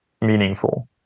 meaningful